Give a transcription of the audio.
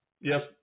Yes